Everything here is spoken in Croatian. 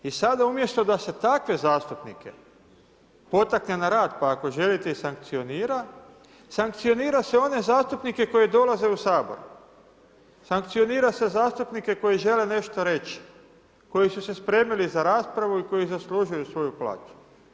I sada umjesto da se takve zastupnike potakne na rad, pa ako želite i sankcionira, sankcionira se one zastupnike koji dolaze u Sabor, sankcionira se zastupnike koji žele nešto reći, koji su se spremili za raspravu i koji zaslužuju svoju plaću.